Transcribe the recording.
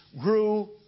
grew